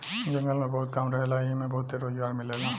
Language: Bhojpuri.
जंगल में बहुत काम रहेला एइमे बहुते रोजगार मिलेला